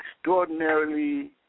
extraordinarily